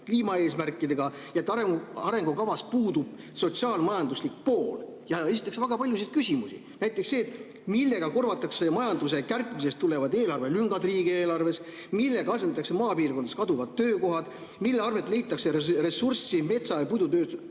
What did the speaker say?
kliimaeesmärkidega ja et arengukavas puudub sotsiaal-majanduslik pool. Esitatakse väga palju küsimusi. Näiteks see: millega korvatakse majanduse kärpimisest tulevad eelarvelüngad riigieelarves? Millega asendatakse maapiirkondades kaduvad töökohad? Mille arvel leitakse ressurssi metsa-